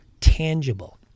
tangible